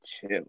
chill